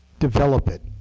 develop it.